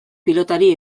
pilotari